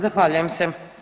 Zahvaljujem se.